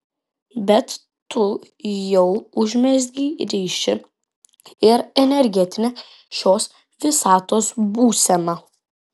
bet tu jau užmezgei ryšį ir energetinė šios visatos būsena